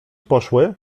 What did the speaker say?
poszły